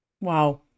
Wow